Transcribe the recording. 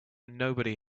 nobody